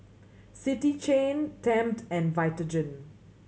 City Chain Tempt and Vitagen